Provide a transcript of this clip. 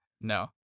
No